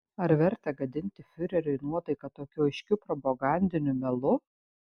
ar verta gadinti fiureriui nuotaiką tokiu aiškiu propagandiniu melu